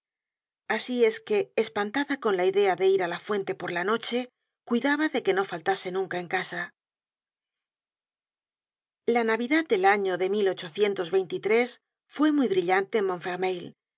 asi es que espantada con la idea de ir á la fuente por la noche cuidaba de que no faltase nunca en casa la navidad del año de fue muy brillante